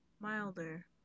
milder